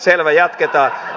selvä jatketaan